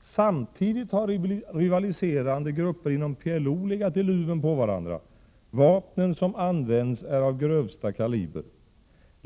Samtidigt har rivaliserande grupper inom PLO legat i luven på varandra. Vapnen som används är av grövsta kaliber.